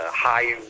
high